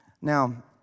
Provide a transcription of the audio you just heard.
Now